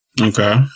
Okay